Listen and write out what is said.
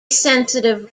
sensitive